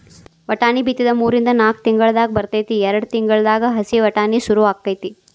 ವಟಾಣಿ ಬಿತ್ತಿದ ಮೂರಿಂದ ನಾಕ್ ತಿಂಗಳದಾಗ ಬರ್ತೈತಿ ಎರ್ಡ್ ತಿಂಗಳದಾಗ ಹಸಿ ವಟಾಣಿ ಸುರು ಅಕೈತಿ